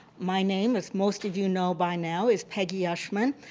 my name, as most of you know by now, is peggy ushman.